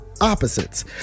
opposites